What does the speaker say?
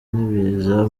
n’ibiza